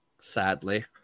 sadly